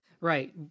Right